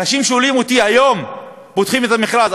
אנשים שואלים אותי: היום פותחים את המכרז,